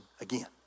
again